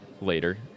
later